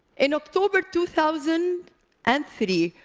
in october two thousand and three,